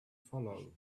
follow